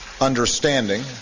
understanding